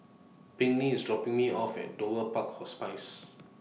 Pinkney IS dropping Me off At Dover Park Hospice